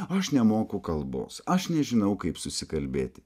aš nemoku kalbos aš nežinau kaip susikalbėti